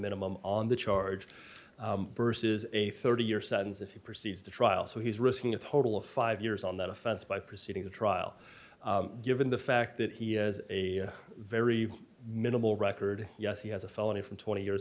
minimum on the charge versus a thirty year sentence if you proceed to trial so he's risking a total of five years on that offense by proceeding to trial given the fact that he has a very minimal record yes he has a felony from twenty years